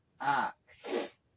ox